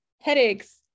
headaches